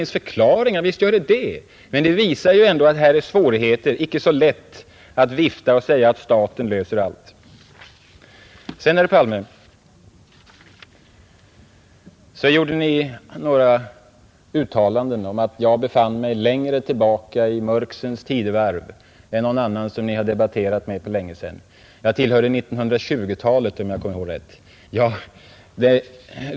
Visst inser jag att det finns förklaringar, men detta visar ändå att man möter svårigheter och att det icke är så lätt att vifta bort dem och säga att staten löser alla problem. Sedan, herr Palme, gjorde Ni några uttalanden om att jag befann mig längre tillbaka i mörksens tidevarv än någon annan som Ni hade debatterat med på länge. Jag tillhörde 1920-talet, om jag kommer ihåg rätt.